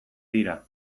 tira